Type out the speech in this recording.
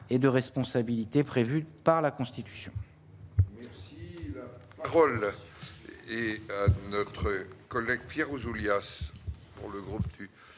et de responsabilité prévue par la Constit.